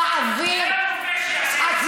תעביר, מי הרופא שיעשה את זה?